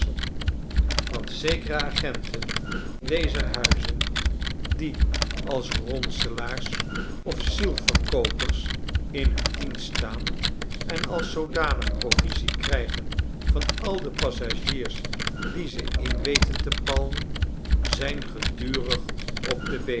want zekere agenten dezer huizen die de terugreis naar j t vaderland als ronselaars of zielverkoopers in him dienst staan en als zoodanig provisie krijgen van al de passagiers die ze in weten te palmen zijn gedurig op de